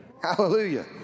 Hallelujah